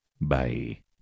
Bye